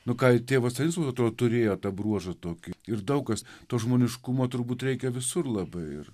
nu ką tėvas stanislovas atrodo turėjo tą bruožą tokį ir daug kas to žmoniškumo turbūt reikia visur labai ir